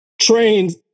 trains